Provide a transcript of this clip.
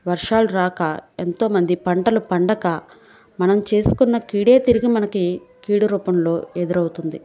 వర్షాలు రాక ఎంతో మంది పంటలు పండక మనం చేసుకున్న కీడే తిరిగి మనకి కీడు రూపంలో ఎదురవుతుంది